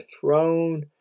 throne